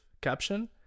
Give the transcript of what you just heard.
caption